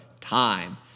time